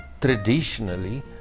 traditionally